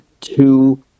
two